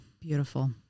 Beautiful